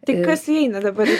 tai kas įeina dabar